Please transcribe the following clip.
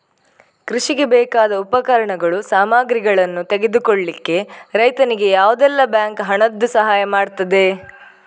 ಕೃಷಿಗೆ ಬೇಕಾದ ಉಪಕರಣಗಳು, ಸಾಮಗ್ರಿಗಳನ್ನು ತೆಗೆದುಕೊಳ್ಳಿಕ್ಕೆ ರೈತನಿಗೆ ಯಾವುದೆಲ್ಲ ಬ್ಯಾಂಕ್ ಹಣದ್ದು ಸಹಾಯ ಮಾಡ್ತದೆ?